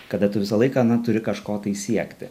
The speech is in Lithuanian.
kada tu visą laiką na turi kažko tai siekti